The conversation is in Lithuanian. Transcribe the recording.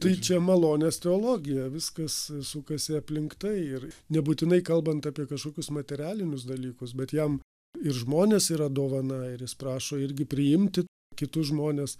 tai čia malonės teologija viskas sukasi aplink tai ir nebūtinai kalbant apie kažkokius materialinius dalykus bet jam ir žmonės yra dovana ir jis prašo irgi priimti kitus žmones